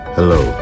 Hello